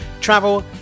travel